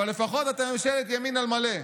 אבל לפחות אתם ממשלת ימין על מלא.